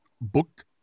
book